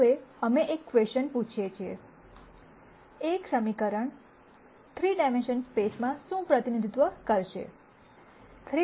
હવે અમે એક ક્વેસ્ચન પૂછીએ છે એક સમીકરણ 3 ડાઈમેન્શનલ સ્પેસમાં શું પ્રતિનિધિત્વ કરશે